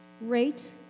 Rate